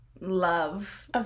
love